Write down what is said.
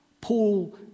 Paul